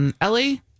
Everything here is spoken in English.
Ellie